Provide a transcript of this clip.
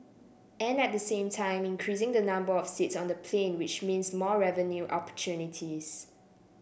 and at the same time increasing the number of seats on the plane which means more revenue opportunities